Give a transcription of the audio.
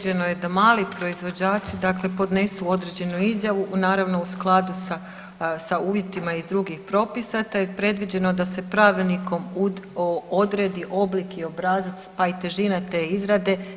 Predviđeno je da mali proizvođači dakle podnesu određenu izjavu i naravno u skladu sa uvjetima iz drugih propisa te je predviđeno da se pravilnikom odredi oblik i obrazac, a i težina te izrade.